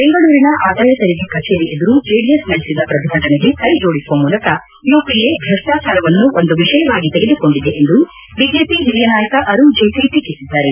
ಬೆಂಗಳೂರಿನ ಆದಾಯ ತೆರಿಗೆ ಕಚೇರಿ ಎದುರು ಜೆಡಿಎಸ್ ನಡೆಸಿದ ಪ್ರತಿಭಟನೆಗೆ ಕ್ಕೆಜೋಡಿಸುವ ಮೂಲಕ ಯುಪಿಎ ಭ್ರಷ್ಲಾಚಾರವನ್ನು ಒಂದು ವಿಷಯವಾಗಿ ತೆಗೆದುಕೊಂಡಿದೆ ಎಂದು ಬಿಜೆಪಿ ಹಿರಿಯ ನಾಯಕ ಅರುಣ್ ಜೇಟ್ಲ ಟೀಕಿಸಿದ್ದಾರೆ